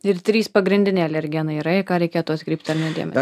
ir trys pagrindiniai alergenai yra į ką reikėtų atkreipt ar ne dėmes